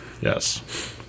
Yes